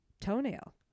toenail